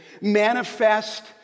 manifest